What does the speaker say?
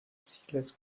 seedless